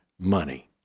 money